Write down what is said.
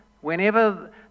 whenever